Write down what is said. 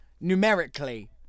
numerically